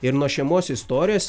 ir nuo šeimos istorijos